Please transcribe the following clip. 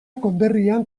konderrian